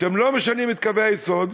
אתם לא משנים את קווי היסוד.